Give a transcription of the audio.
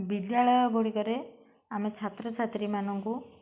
ବିଦ୍ୟାଳୟଗୁଡ଼ିକରେ ଆମେ ଛାତ୍ରଛାତ୍ରୀମାନଙ୍କୁ